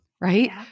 right